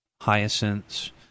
hyacinths